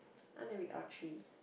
I want to read all three